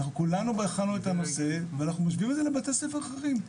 אנחנו כולנו בחנו את הנושא ואנחנו משווים את זה לבתי ספר אחרים.